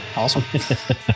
Awesome